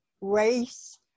race